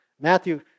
Matthew